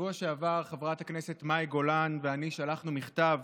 בשבוע שעבר חברת הכנסת מאי גולן ואני שלחנו מכתב